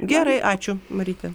gerai ačiū maryte